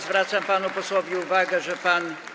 Zwracam panu posłowi uwagę, że pan.